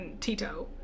Tito